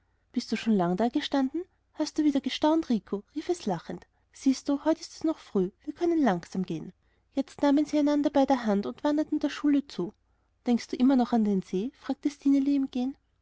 bist du schon lang dagestanden hast du wieder gestaunt rico rief es lachend siehst du heut ist es noch früh wir können langsam gehen jetzt nahmen sie einander bei der hand und wanderten der schule zu denkst du immer noch an den see fragte stineli im gehen